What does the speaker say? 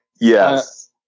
Yes